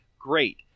Great